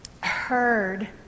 heard